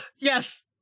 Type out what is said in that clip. Yes